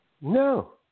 No